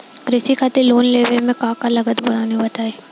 कृषि खातिर लोन लेवे मे का का लागत बा तनि बताईं?